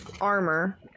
armor